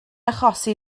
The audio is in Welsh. achosi